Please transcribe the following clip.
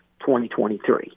2023